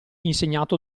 insegnato